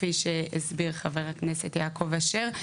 כפי שהסביר חבר הכנסת יעקב אשר,